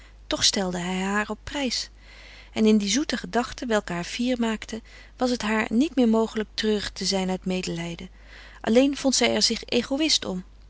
toch stelde hij haar op prijs en in die zoete gedachte welke haar fier maakte was het haar niet meer mogelijk treurig te zijn uit medelijden alleen vond zij er zich egoïst om